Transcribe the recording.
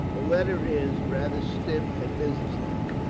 the letter is rather stiff and businesslike,